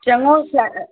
चङो